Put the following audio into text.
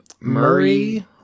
Murray